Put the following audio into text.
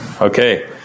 Okay